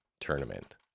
tournament